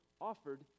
offered